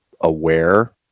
aware